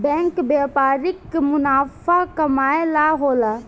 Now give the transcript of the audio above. bank व्यापारिक मुनाफा कमाए ला होला